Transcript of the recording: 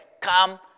come